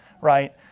right